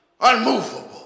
unmovable